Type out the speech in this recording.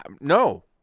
No